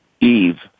Eve